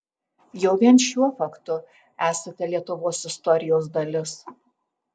jau vien šiuo faktu esate lietuvos istorijos dalis